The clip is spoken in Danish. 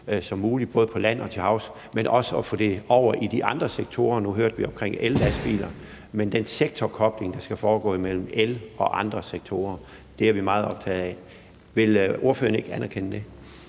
vindanlæg både på land og til havs, men også at få det over i de andre sektorer – nu hørte vi om ellastbiler – altså den sektorkobling, der skal foregå mellem elsektoren og andre sektorer. Det er vi meget optaget af. Vil ordføreren ikke anerkende det?